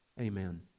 Amen